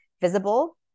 visible